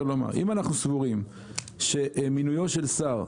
לומר שאם אנחנו סבורים שמינויו של שר,